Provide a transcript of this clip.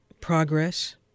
progress